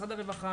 משרד הרווחה,